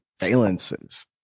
valences